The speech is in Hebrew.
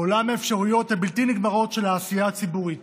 לעולם האפשרויות הבלתי-נגמרות של העשייה הציבורית,